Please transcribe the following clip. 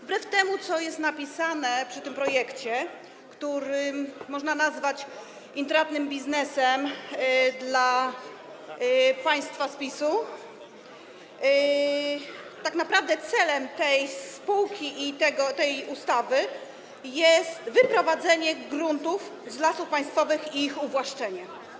Wbrew temu, co jest napisane, przy tym projekcie, który można nazwać intratnym biznesem dla państwa z PiS, tak naprawdę celem powołania tej spółki i tej ustawy jest wyprowadzenie gruntów z Lasów Państwowych i ich uwłaszczenie.